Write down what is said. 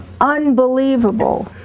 unbelievable